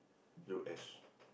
U_S